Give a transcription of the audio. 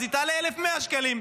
היא תעלה 1,100 שקלים,